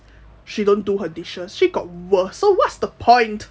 she don't do her dishes she got worse so what's the point